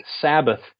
Sabbath